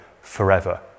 forever